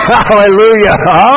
Hallelujah